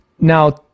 now